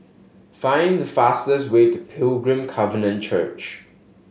find the fastest way to Pilgrim Covenant Church